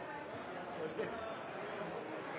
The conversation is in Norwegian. jeg ikke det